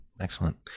Excellent